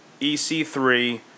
EC3